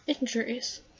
injuries